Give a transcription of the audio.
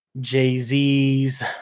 Jay-Z's